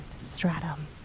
stratum